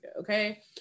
okay